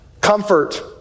Comfort